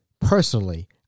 personally